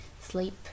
sleep